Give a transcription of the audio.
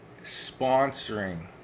sponsoring